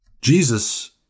Jesus